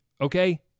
Okay